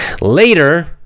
Later